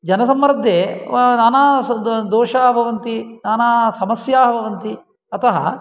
जनसम्मर्दे नाना दोषाः भवन्ति नाना समस्याः भवन्ति अतः